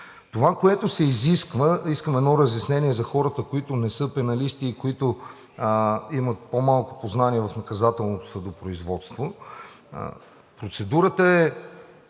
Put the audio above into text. Това, което се изисква – искам едно разяснение за хората, които не са пеналисти и които имат по-малко познания в наказателното съдопроизводство, процедурата е